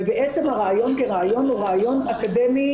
ובעצם הרעיון כרעיון הוא רעיון אקדמי